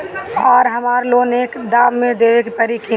आर हमारा लोन एक दा मे देवे परी किना?